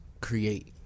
create